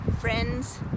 friends